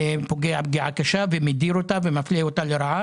פוגע פגיעה קשה ומדיר אותה ומפלה אותה לרעה.